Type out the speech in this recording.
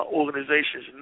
organizations